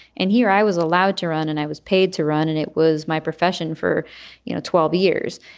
and here i was allowed to run and i was paid to run. and it was my profession for you know twelve years.